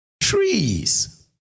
trees